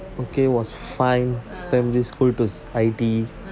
okay was fine